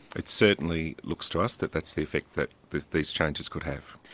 it certainly looks to us that that's the effect that these these changes could have.